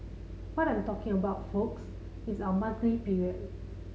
what I'm talking about folks is our monthly period